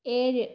ഏഴ്